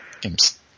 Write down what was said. Games